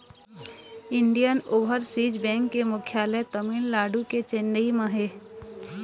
Indian overseas bank के मुख्यालय तमिलनाडु के चेन्नई म हे